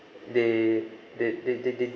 they they they they they